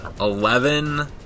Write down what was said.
Eleven